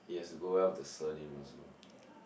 it has to go well with the surname also